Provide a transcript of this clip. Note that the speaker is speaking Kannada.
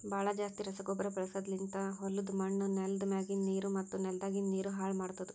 ಭಾಳ್ ಜಾಸ್ತಿ ರಸಗೊಬ್ಬರ ಬಳಸದ್ಲಿಂತ್ ಹೊಲುದ್ ಮಣ್ಣ್, ನೆಲ್ದ ಮ್ಯಾಗಿಂದ್ ನೀರು ಮತ್ತ ನೆಲದಾಗಿಂದ್ ನೀರು ಹಾಳ್ ಮಾಡ್ತುದ್